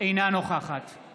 אינה נוכחת עלי